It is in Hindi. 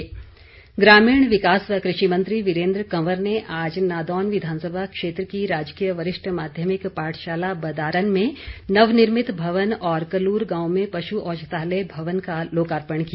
वीरेन्द्र कंवर ग्रामीण विकास व कृषि मंत्री वीरेन्द्र कंवर ने आज नादौन विधानसभा क्षेत्र की राजकीय वरिष्ठ माध्यमिक पाठशाला बदारन में नवनिर्मित भवन और कलूर गांव में पशु औषद्यालय भवन का लोकार्पण किया